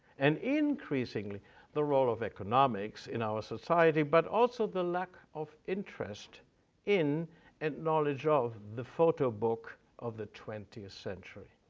and increasingly the role of economics in our society, but also the lack of interest in and knowledge of the photo book of the twentieth century.